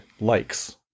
likes